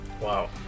Wow